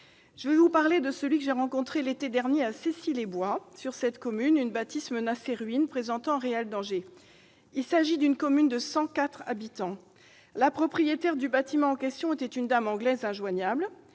Je vais vous parler de celui que j'ai rencontré, l'été dernier, à Cessy-les-Bois. Sur le territoire de cette commune, une bâtisse menaçait ruine et présentait un réel danger. Il s'agit d'une commune de 104 habitants. La propriétaire du bâtiment en question était une dame anglaise injoignable,